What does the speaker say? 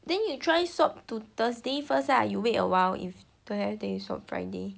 then you try swap to thursday first lah you wait awhile if don't have then you swap friday